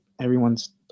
everyone's